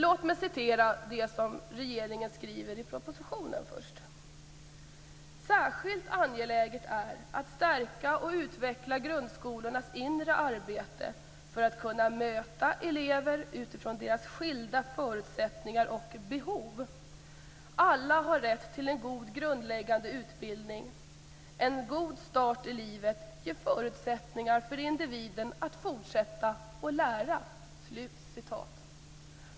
Låt mig först citera det som regeringen skriver i propositionen: "Särskilt angeläget är att stärka och utveckla grundskolans inre arbete för att kunna möta alla elever utifrån deras skilda förutsättningar och behov. Alla har rätt till en god grundläggande utbildning. En god start i livet ger förutsättningar för individen att fortsätta utvecklas och lära."